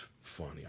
funny